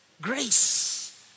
grace